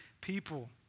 people